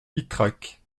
ytrac